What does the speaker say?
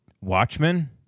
Watchmen